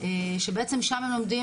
שבעצם שם הם לומדים.